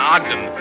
Ogden